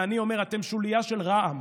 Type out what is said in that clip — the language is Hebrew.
ואני אומר: אתם שוליה של רע"מ